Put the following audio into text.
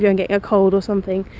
getting a cold or something?